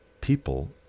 People